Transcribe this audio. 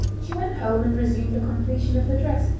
she went home and resumed the completion of her dress,